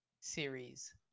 series